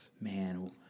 man